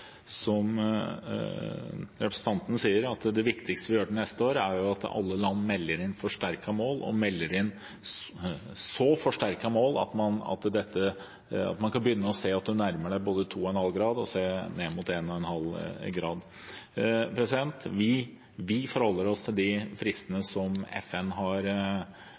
representanten sier, at det viktigste som skal gjøres til neste år, er at alle land melder inn forsterkede mål – melder inn så forsterkede mål at man kan begynne å se at man både nærmer seg 2,5 grader og ser ned mot 1,5 grad. Vi forholder oss til de fristene som FN legger opp til, samtidig som det kompliserer situasjonen, særlig med tanke på den enigheten vi nå har